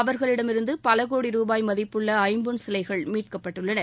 அவர்களிடமிருந்து பல கோடி ரூபாய் மதிப்புள்ள ஐம்பொன் சிலைகள் மீட்கப்பட்டுள்ளன